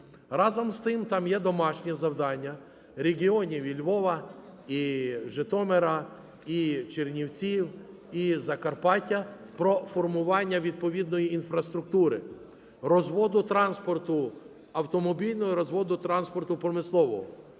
Разом з тим, там є домашнє завдання завдання регіонів і Львова, і Житомира, і Чернівців, і Закарпаття про формування відповідної інфраструктури, розводу транспорту автомобільного і розводу транспорту промислового.